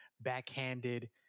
backhanded